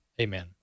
amen